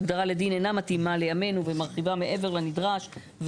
ההגדרה לדין אינה מתאימה לימינו ומרחיבה מעבר לנדרש.